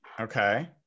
Okay